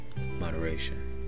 Moderation